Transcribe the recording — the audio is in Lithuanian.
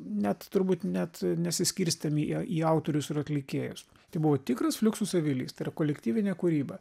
net turbūt net nesiskirstėm į į autorius ir atlikėjus tai buvo tikras fliuksus avilys tai yra kolektyvinė kūryba